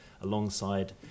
alongside